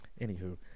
Anywho